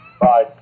Bye